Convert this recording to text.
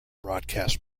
broadcast